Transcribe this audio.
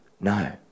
No